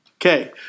Okay